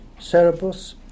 Cerebus